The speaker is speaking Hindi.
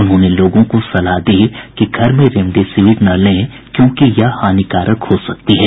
उन्होंने लोगों को सलाह दी कि घर में रेमडेसिविर न लें क्योंकि यह हानिकारक हो सकती है